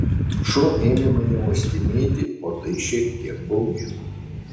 šuo ėmė mane uostinėti o tai šiek tiek baugino